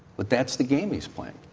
but that's the game he's playing.